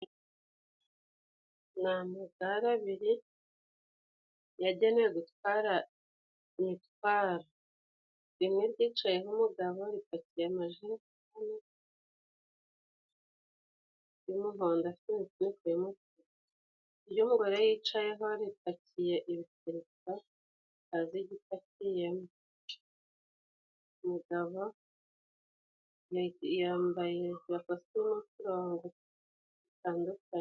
Ni amagare abiri yagenewe gutwara imitwaro, rimwe ryicayeho umugabo ripakiye amajerekani y'umuhondo afite imifuniko y'umutuku. iryo umugore yicayeho ripakiye ibikarito nta mizigo ipakiyemo. Umugabo yambaye umupira nw'uturongo dutandukanye.